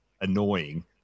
annoying